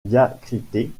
diacritée